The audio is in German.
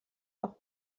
auch